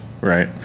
right